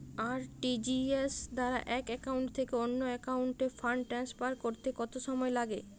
RTGS দ্বারা এক account থেকে অন্য একাউন্টে ফান্ড ট্রান্সফার করতে কত সময় লাগে?